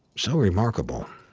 so remarkable.